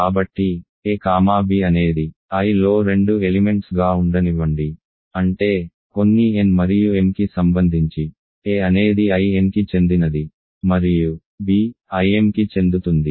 కాబట్టి a comma b అనేది iలో రెండు ఎలిమెంట్స్ గా ఉండనివ్వండి అంటే కొన్ని n మరియు m కి సంబంధించి a అనేది Inకి చెందినది మరియు b Im కి చెందుతుంది